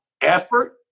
effort